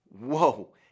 Whoa